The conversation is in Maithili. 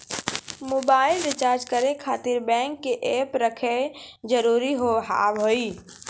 मोबाइल रिचार्ज करे खातिर बैंक के ऐप रखे जरूरी हाव है?